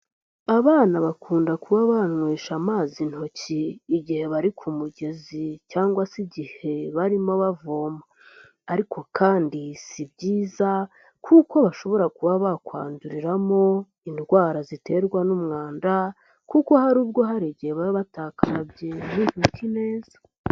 Abana bakunda kuba banywesha amazi intoki igihe bari ku mugezi cyangwa se igihe barimo bavoma. Ariko kandi si byiza kuko bashobora kuba bakwanduriramo indwara ziterwa n'umwanda, kuko hari ubwo hari igihe baba batakarabye nk'intoki neza.